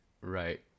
Right